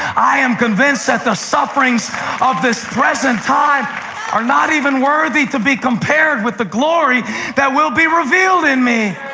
i am convinced that the sufferings of this present time are not even worthy to be compared with the glory that will be revealed in me.